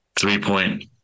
three-point